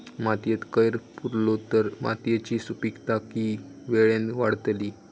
मातयेत कैर पुरलो तर मातयेची सुपीकता की वेळेन वाडतली?